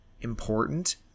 important